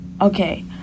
okay